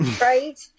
Right